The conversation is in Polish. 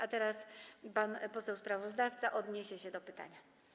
A teraz pan poseł sprawozdawca odniesie się do pytania.